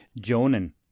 Jonan